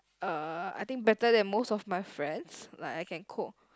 uh I think better than most of my friends like I can cook